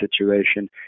situation